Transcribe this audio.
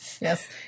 Yes